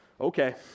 Okay